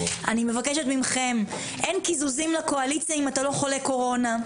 אין קיזוזים לקואליציה אם אתה לא חולה קורונה,